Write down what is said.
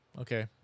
Okay